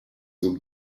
zur